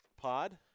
pod